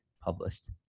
published